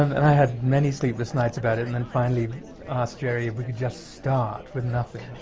um and i had many sleepless nights about it, and then finally asked gerry if we could just start with nothing.